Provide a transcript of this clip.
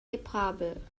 gebrabbel